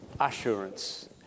assurance